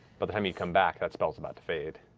but the time you come back, that spell's about to fade.